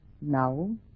now